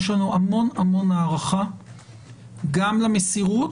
יש לנו המון המון הערכה גם למסירות,